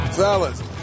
Fellas